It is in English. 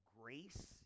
grace